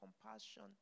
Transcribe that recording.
compassion